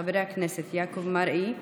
חברי הכנסת יעקב מרגי,